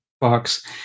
box